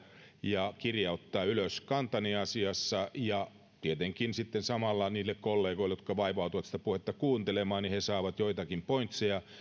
ja kirjauttaa ylös kantani asiassa ja tietenkin sitten samalla niille kollegoille jotka vaivautuvat sitä puhetta kuuntelemaan niin että he saavat joitakin pointseja